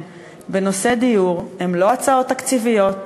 בנושא דיור הן לא הצעות תקציביות,